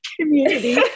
community